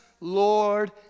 Lord